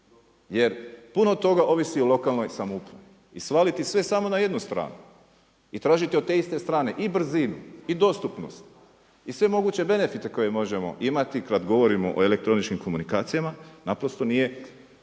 Jer puno toga ovisi o lokalnoj samoupravi. I svaliti sve samo na jednu stranu i tražiti od te iste strane i brzinu i dostupnost i sve moguće benefite koje možemo imati kada govorimo o elektroničkim telekomunikacijama naprosto nije